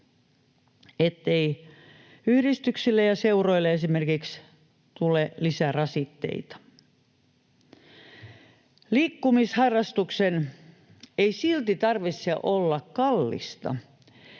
ettei yhdistyksille ja seuroille esimerkiksi tule lisärasitteita. Liikkumisharrastuksen ei silti tarvitse olla kallista.